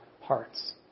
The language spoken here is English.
hearts